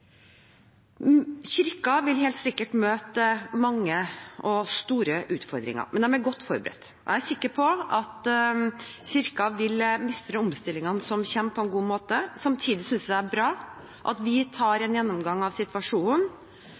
vil helt sikkert møte mange og store utfordringer, men de er godt forberedt. Jeg er sikker på at Kirken vil mestre omstillingene som kommer, på en god måte. Samtidig synes jeg det er bra at vi tar en gjennomgang av situasjonen,